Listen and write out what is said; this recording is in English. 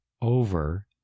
over